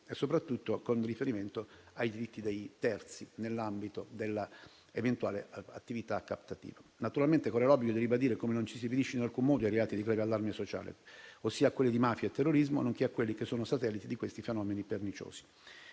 soprattutto con riferimento ai diritti dei terzi nell'ambito della eventuale attività captativa. Naturalmente, corre l'obbligo di ribadire che non ci si riferisce in alcun modo ai reati di grave allarme sociale, ossia quelli di mafia e terrorismo, nonché a quelli che sono satellite di questi fenomeni perniciosi.